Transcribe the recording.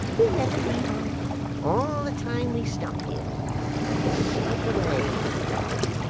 we'll never leave off, all the time we stop here smoke away, you dog,